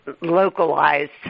localized